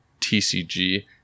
TCG